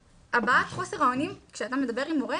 הבעת חוסר האונים כשאתה מדבר עם הורה,